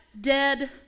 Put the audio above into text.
dead